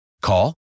call